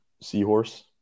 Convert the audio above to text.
seahorse